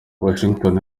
washington